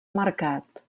marcat